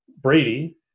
Brady